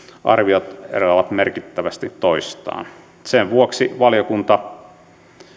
arviot eroavat merkittävästi toisistaan sen vuoksi valiokunta